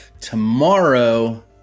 tomorrow